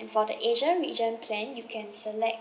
and for the asia region plan you can select